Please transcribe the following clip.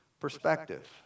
perspective